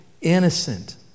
innocent